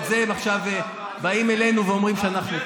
והם עכשיו באים אלינו ואומרים שאנחנו,